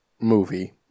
movie